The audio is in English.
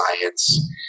science